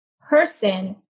person